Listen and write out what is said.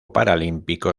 paralímpico